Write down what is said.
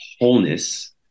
wholeness